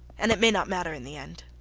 and it may not matter in the end.